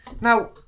now